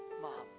mom